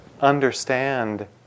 understand